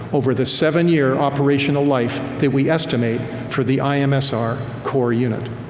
over the seven year operational life that we estimate for the i-msr core unit.